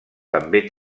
també